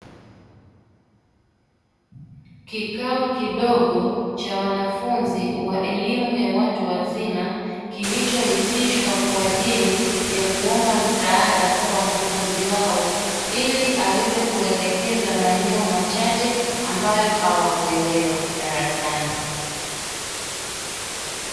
Kikao kidogo cha wanafunzi wa elimu ya watu wazima kilichoitishwa kwa ajili ya kuomba msaada kwa mkufunzi wao ili aweze kuwaelekeza maeneo machache ambayo hawakuelewa darasani.